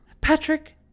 Patrick